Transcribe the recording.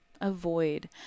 avoid